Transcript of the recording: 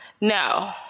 No